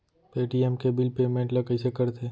Paytm के bill payment ल कइसे करथे?